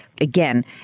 again